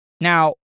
Now